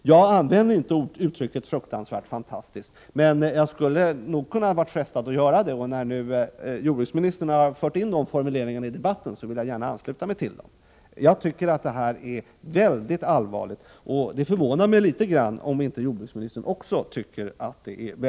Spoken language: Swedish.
Jag använde inte uttrycket ”fruktansvärt fantastiskt”, men jag kunde ha varit frestad att göra det, och när nu jordbruksministern har fört in denna formulering i debatten vill jag gärna ansluta mig till den. Jag tycker att detta är väldigt allvarligt, och det skulle förvåna mig om inte jordbruksministern också tycker så.